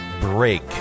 break